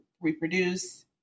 reproduce